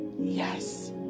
Yes